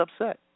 upset